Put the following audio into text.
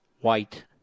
white